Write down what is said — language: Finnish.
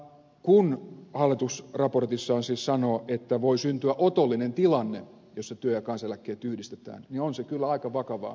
kun hallitus raportissaan siis sanoo että voi syntyä otollinen tilanne jossa työ ja kansaneläkkeet yhdistetään niin on se kyllä aika vakavaa puhetta